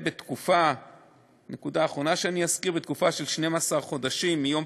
נקודה אחרונה שאני אזכיר: בתקופה של 12 חודשים מיום